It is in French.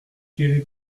guéri